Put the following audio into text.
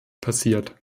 passiert